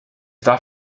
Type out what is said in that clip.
darf